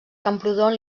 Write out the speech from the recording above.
camprodon